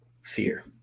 fear